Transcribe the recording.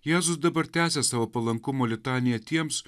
jėzus dabar tęsia savo palankumo litaniją tiems